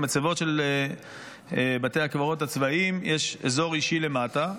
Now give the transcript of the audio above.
במצבות של בתי הקברות הצבאיים יש אזור אישי למטה,